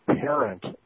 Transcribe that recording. parent